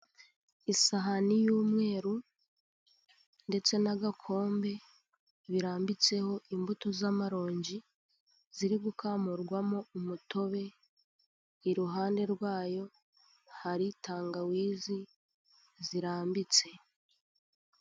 Isahani y'umweru ndetse n'agakombe birambitseho imbuto z'amaronji, ziri gukamurwamo umutobe, iruhande rwayo hari tangawizi zirambitse.